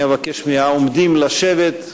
אני אבקש מהעומדים לשבת.